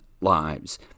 lives